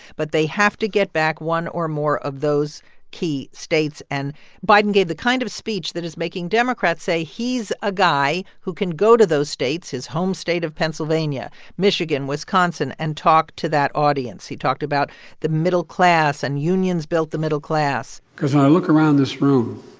but they have to get back one or more of those key states. and biden gave the kind of speech that is making democrats say he's a guy who can go to those states, his home state of pennsylvania, michigan, wisconsin and talk to that audience. he talked about the middle class and unions built the middle class because when i look around this room,